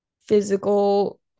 physical